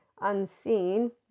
unseen